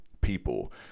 People